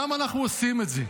למה אנחנו עושים את זה?